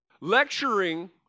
Lecturing